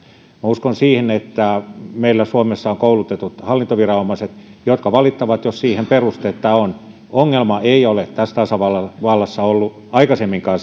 uskon siihen että meillä suomessa on koulutetut hallintoviranomaiset jotka valittavat jos siihen perustetta on ongelma ei ole tässä tasavallassa ollut aikaisemminkaan